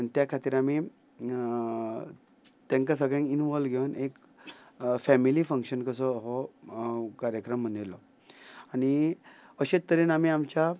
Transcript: आनी त्या खातीर आमी तेंका सगळ्यांक इनवॉल्व घेवन एक फेमिली फंक्शन कसो हो कार्यक्रम मनयलो आनी अशें तरेन आमी आमच्या